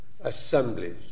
assemblies